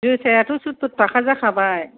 जोसायाथ' सुत्तुर थाखा जाखाबाय